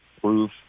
proof